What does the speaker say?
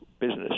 business